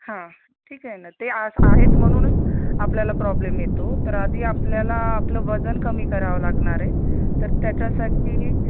हां ठीक आहे ना ते आस आहेत म्हणून आपल्याला प्रॉब्लेम येतो तर आधी आपल्याला आपलं वजन कमी करावं लागणार आहे तर त्याच्यासाठी